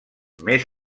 més